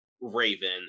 Raven